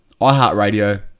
iHeartRadio